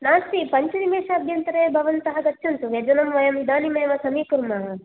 नास्ति पञ्चनिमिषाभ्यन्तरे भवन्तः गच्छन्तु व्यजनं वयम् इदानीमेव समीकुर्मः